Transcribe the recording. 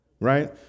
Right